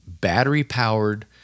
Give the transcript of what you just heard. battery-powered